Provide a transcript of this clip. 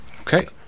okay